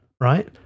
Right